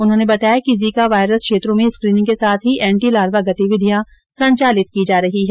उन्होंने बताया कि जीका वायरस क्षेत्रो में स्क्रीनिंग के साथ ही एंटीलार्वा गतिविधियां संचालित की जा रही है